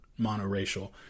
monoracial